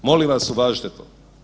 Molim vas uvažite to.